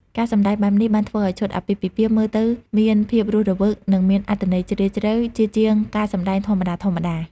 ការសម្ដែងបែបនេះបានធ្វើឲ្យឈុតអាពាហ៍ពិពាហ៍មើលទៅមានភាពរស់រវើក និងមានអត្ថន័យជ្រាលជ្រៅ ជាជាងការសម្តែងធម្មតាៗ។